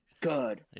good